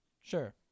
Sure